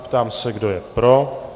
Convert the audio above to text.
Ptám se, kdo je pro.